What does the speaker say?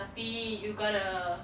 tapi you gotta